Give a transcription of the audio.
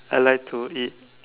I like to eat